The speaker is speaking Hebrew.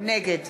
נגד